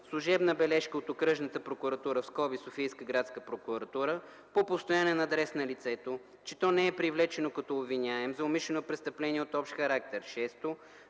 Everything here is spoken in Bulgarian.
служебна бележка от окръжната прокуратура (Софийската градска прокуратура) по постоянен адрес на лицето, че то не е привлечено като обвиняем за умишлено престъпление от общ характер; 6.